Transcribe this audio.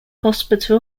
hospital